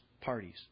parties